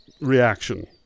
reaction